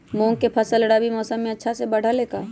मूंग के फसल रबी मौसम में अच्छा से बढ़ ले का?